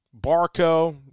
Barco